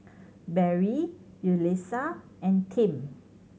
Barry Yulissa and Tim